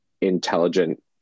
intelligent